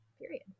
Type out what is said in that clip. period